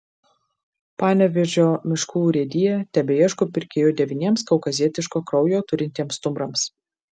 panevėžio miškų urėdija tebeieško pirkėjų devyniems kaukazietiško kraujo turintiems stumbrams